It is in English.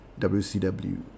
WCW